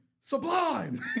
sublime